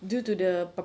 due to the